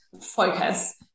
focus